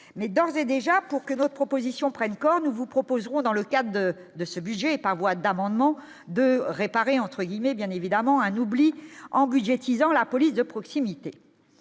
mais dans ces déjà pour que votre proposition prennent corps, nous vous proposerons dans le cadre de ce budget par voie d'amendement de réparer entre guillemets, bien évidemment, un oubli en budget de 6 ans, la police de proximité